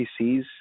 PCs